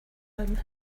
room